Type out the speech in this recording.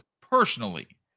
personally